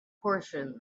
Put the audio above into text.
portion